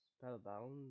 Spellbound